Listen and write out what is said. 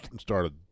started